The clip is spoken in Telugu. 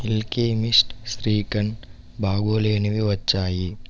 మిల్కీ మిస్ట్ శ్రీఖండ్ బాగోలేనివి వచ్చాయి